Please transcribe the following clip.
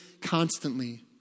constantly